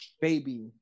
baby